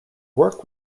work